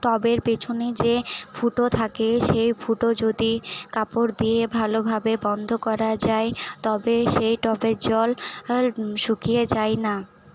টবের পেছনে যে ফুটো থাকে সে ফুটো যদি কাপড় দিয়ে ভালোভাবে বন্ধ করা যায় তবে সেই টবের জল আল শুকিয়ে যায় না